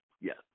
yes